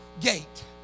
gate